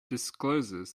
discloses